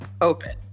open